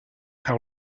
how